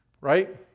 Right